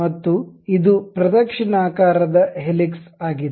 ಮತ್ತು ಇದು ಪ್ರದಕ್ಷಿಣಾಕಾರ ದ ಹೆಲಿಕ್ಸ್ ಆಗಿದೆ